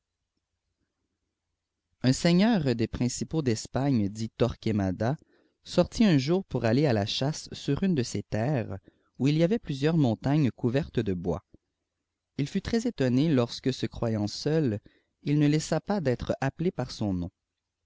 un seigneur des principaux d'espagne dit torquemada sortit un jour pour aller à la chasse sur vtne de ses terres où il y avait phisieurs montagnes couvertes de bois il fut trèsétonriélorsque se crovant seul il ne laissa pas d'être appelé par son nom